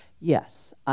Yes